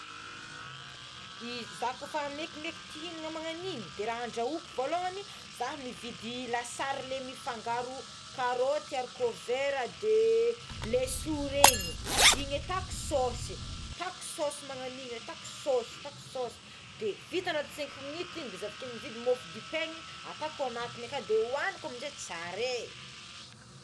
I zako efa mekimeky ty ihinana mahandro igny de raha andrahoko volohgny za mividy lasary le mifangaro karoty de arikovera de leso regny igny ataoko saosy ataoko saosy magnagno igny ataoko saosy ataoko sosy de vita anaty cinq minute igny de zavatrigny mividy mofo dipaina ataoko anatigny akeo de oaniko amizay tsara ré.